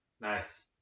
Nice